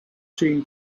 team